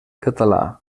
català